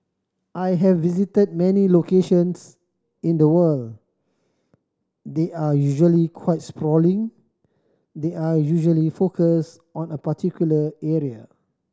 I have visited many locations in the world they're usually quite sprawling they're usually focused on a particular area